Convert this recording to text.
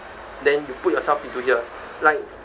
then you put yourself into here like